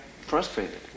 frustrated